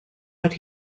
but